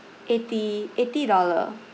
eighty eighty dollar